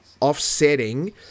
offsetting